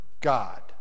God